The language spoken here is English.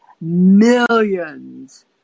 millions